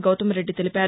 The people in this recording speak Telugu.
గౌతమ్రెద్ది తెలిపారు